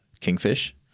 kingfish